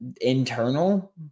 internal